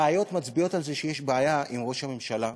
הראיות מצביעות על זה שיש בעיה עם ראש הממשלה,